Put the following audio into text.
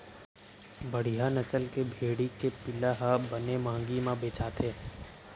बड़िहा नसल के भेड़ी के पिला ह बने महंगी म बेचाथे